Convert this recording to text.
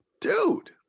dude